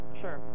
Sure